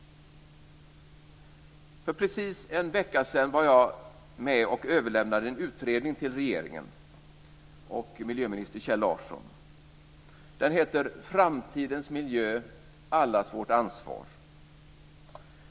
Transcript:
För precis en vecka sedan var jag med och överlämnade en utredning till miljöminister Kjell Larsson och den övriga regeringen. Den heter Framtidens miljö - allas vårt ansvar.